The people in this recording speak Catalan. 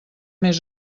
més